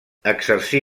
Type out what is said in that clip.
exercí